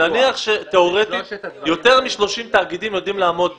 נניח שתיאורטית יותר מ-30 תאגידים יודעים לעמוד בזה,